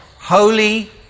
holy